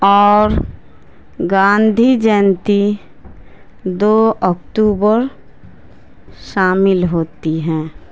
اور گاندھی جینتی دو اکتوبر شامل ہوتی ہیں